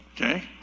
Okay